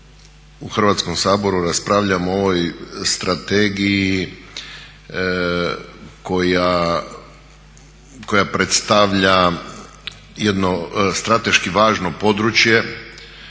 u Hrvatskom saboru raspravljamo o ovoj strategiji koja predstavlja jedno strateški važno područje